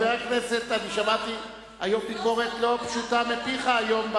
שמעתי ביקורת לא פשוטה מפיך היום,